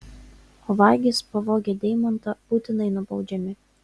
o vagys pavogę deimantą būtinai nubaudžiami